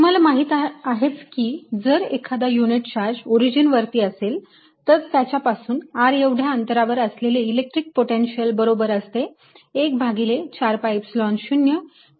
तुम्हाला माहित आहेच की जर एखादा युनिट चार्ज ओरिजिन वरती असेल तर त्याच्यापासून r एवढ्या अंतरावर असलेले इलेक्ट्रिक पोटेन्शियल बरोबर असते 1 भागिले 4 pi epsilon 0 q भागिले r